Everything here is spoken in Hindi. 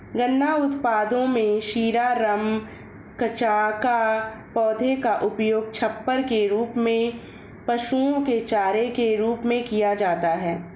गन्ना उत्पादों में शीरा, रम, कचाका, पौधे का उपयोग छप्पर के रूप में, पशुओं के चारे के रूप में किया जाता है